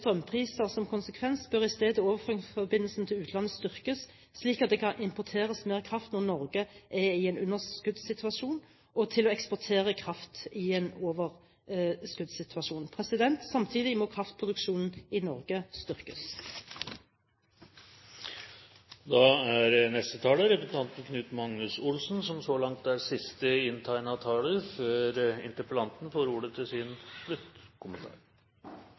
strømpriser som konsekvens, bør overføringsforbindelsene til utlandet styrkes, slik at det kan importeres mer kraft når Norge er i en underskuddssituasjon, og eksporteres kraft i en overskuddssituasjon. Samtidig må kraftproduksjonen i Norge styrkes. Interpellanten tar opp temaer som har vært diskutert flere ganger før, nettopp fordi de er